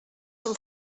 són